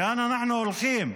לאן אנחנו הולכים?